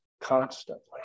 constantly